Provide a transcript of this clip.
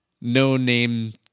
no-name